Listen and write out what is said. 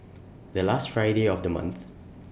The last Friday of The month